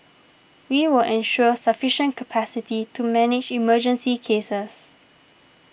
we will ensure sufficient capacity to manage emergency cases